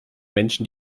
menschen